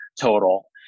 total